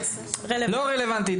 לא רלוונטי,